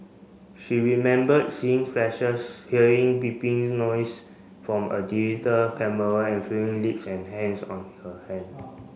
she remembered seeing flashes hearing beeping noise from a digital camera and feeling lips and hands on her hand